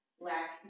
black